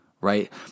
right